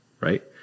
right